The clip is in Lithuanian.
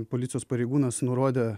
policijos pareigūnas nurodė